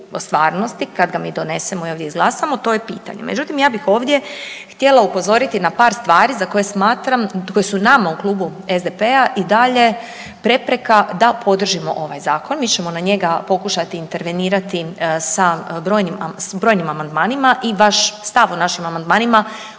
kada ga mi donesemo i ovdje izglasamo to je pitanje? Međutim, ja bih ovdje htjela upozoriti na par stvari za koje smatram koje su nama u Klubu SDP-a i dalje prepreka da podržimo ovaj zakon. Mi ćemo na njega pokušati intervenirati sa brojnim amandmanima i vaš stav o našim amandmanima